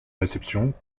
réceptions